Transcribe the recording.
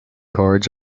cards